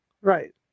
Right